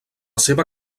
seva